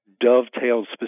dovetailed